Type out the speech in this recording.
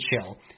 chill